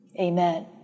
Amen